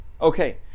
Okay